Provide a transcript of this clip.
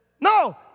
No